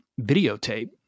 videotape